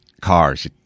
cars